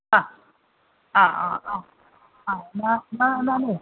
ആ ആ ആ ആ എന്നാൽ എന്നാലെ